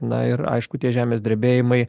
na ir aišku tie žemės drebėjimai